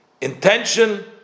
intention